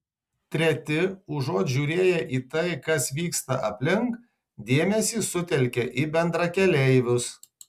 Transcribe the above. treti užuot žiūrėję į tai kas vyksta aplink dėmesį sutelkia į bendrakeleivius